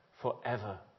forever